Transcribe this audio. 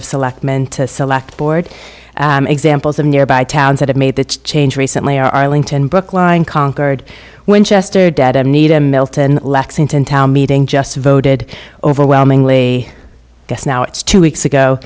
of selectmen to select board examples of nearby towns that have made the change recently arlington brookline conquered winchester dedham needham milton lexington town meeting just voted overwhelmingly guess now it's two weeks ago